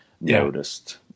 noticed